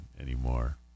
anymore